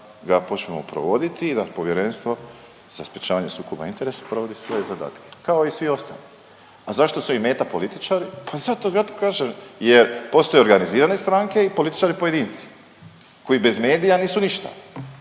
ga počnu provoditi i da Povjerenstvo za sprječavanje sukoba interesa provodi svoje zadatke, kao i svi ostali. A zašto su im meta političari? Pa .../Govornik se ne razumije./... jer postoji organizirane stranke i političari pojedinci koji bez medija nisu ništa,